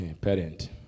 parent